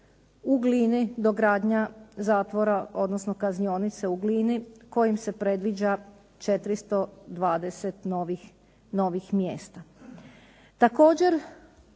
u Glini, dogradnja zatvora odnosno kaznionice u Glini kojim se predviđa 420 novih mjesta.